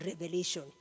revelation